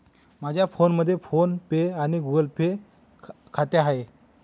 माझ्या फोनमध्ये फोन पे आणि गुगल पे खाते आहे